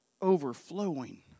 overflowing